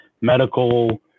medical